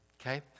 okay